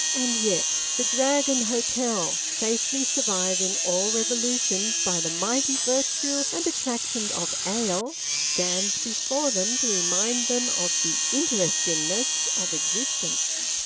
and yet the dragon hotel, safely surviving all revolutions by the mighty virtue and attraction of ale, stands before them to remind them of the interestingness of existence.